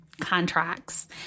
contracts